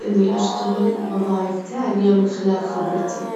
المستقبلي؟